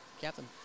Captain